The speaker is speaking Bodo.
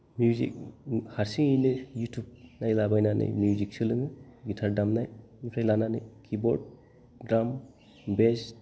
मिउजिक हारसिङैनो युतुब नायलाबायनानै मिउजिक सोलोङो गितार दामनायनिफ्राय लानानै किबर्ड द्राम बेस